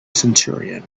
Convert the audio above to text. centurion